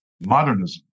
Modernism